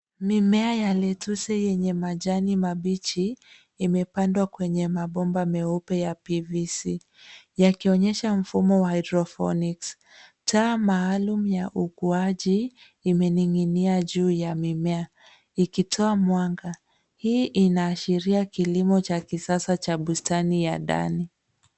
Mimea ya letuse yenye majani mabichi imepandwa kwenye mabomba meupe ya PVC yakionyesha mfumo wa hydrophonics . Taa maalum ya ukuaji imening'inia juu ya mimea ikitoa mwanga. Hii inaashiria kilimo cha kisasa cha bustani ya ndani.